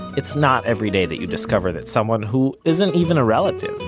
it's not every day that you discover that someone who isn't even a relative,